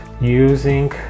using